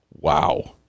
Wow